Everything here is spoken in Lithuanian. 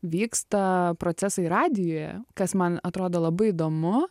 vyksta procesai radijuje kas man atrodo labai įdomu